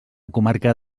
comarca